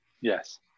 Yes